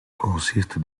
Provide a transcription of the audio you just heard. consiste